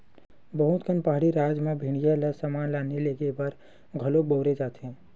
बहुत कन पहाड़ी राज मन म भेड़िया ल समान लाने लेगे बर घलो बउरे जाथे